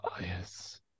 yes